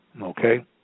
Okay